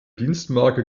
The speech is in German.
dienstmarke